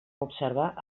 observar